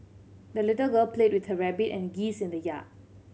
the little girl played with her rabbit and geese in the yard